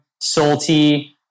salty